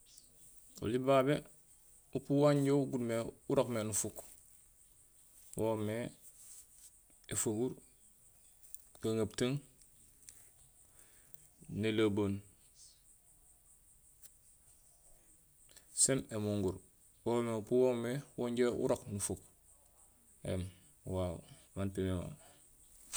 Oli babé upuu wan ja uguun mé, urokmé nufuuk woomé éfaguur, gaŋeputung, nélebeen sen émunguur, woomé upuu woomé wo njo urook nufuut éém wo wawu waan épinémama